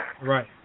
Right